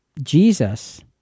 Jesus